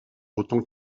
autant